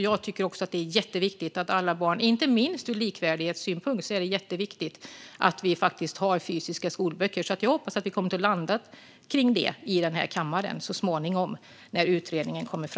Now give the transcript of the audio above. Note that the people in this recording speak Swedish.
Jag tycker också att det är jätteviktigt att alla barn, inte minst ur likvärdighetssynpunkt, har fysiska skolböcker. Jag hoppas att vi kommer att landa i detta gemensamt här i kammaren så småningom, när utredningen kommer.